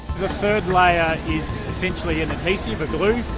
third layer is essentially an adhesive, a glue,